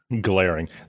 glaring